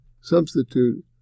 substitute